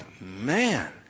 man